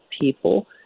people